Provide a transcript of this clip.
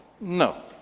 No